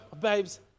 babes